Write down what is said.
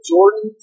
Jordan